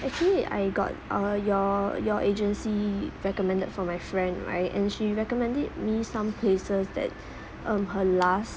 actually I got uh your your agency recommended for my friend right and she recommended me some places that um her last